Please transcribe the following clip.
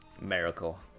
Miracle